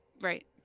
Right